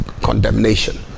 condemnation